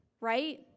right